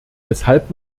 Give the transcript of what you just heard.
weshalb